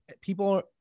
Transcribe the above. people